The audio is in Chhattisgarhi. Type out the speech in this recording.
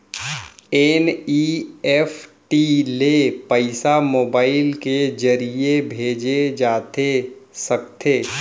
एन.ई.एफ.टी ले पइसा मोबाइल के ज़रिए भेजे जाथे सकथे?